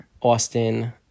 Austin